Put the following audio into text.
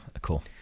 cool